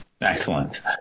Excellent